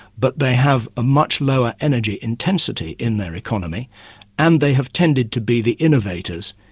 but they have a much lower energy intensity in their economy and they have tended to be the innovators,